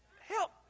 help